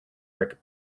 brick